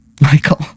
Michael